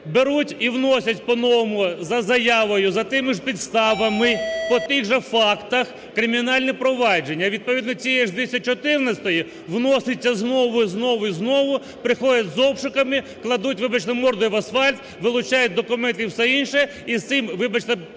Беруть і вносять по-новому за заявою, за тими ж підставами, по тих же фактах кримінальне провадження. Відповідно цієї ж 214 вноситься знову і знову, і знову, приходять з обшуками, кладуть, вибачте, мордою в асфальт, вилучають документи і все інше, і з цим, вибачте, прокурорським